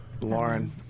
Lauren